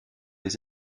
les